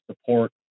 support